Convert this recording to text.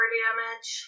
damage